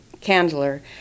Candler